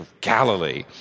Galilee